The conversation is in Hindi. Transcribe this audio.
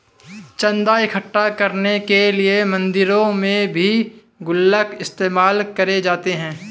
चन्दा इकट्ठा करने के लिए मंदिरों में भी गुल्लक इस्तेमाल करे जाते हैं